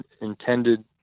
intended